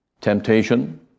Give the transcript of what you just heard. temptation